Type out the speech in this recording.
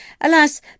Alas